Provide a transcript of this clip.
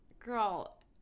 Girl